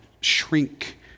shrink